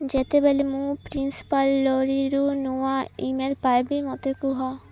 ଯେତେବେଳେ ମୁଁ ପ୍ରିନ୍ସିପାଲ୍ ଲୋରିରୁ ନୂଆ ଇ ମେଲ୍ ପାଇବି ମୋତେ କୁହ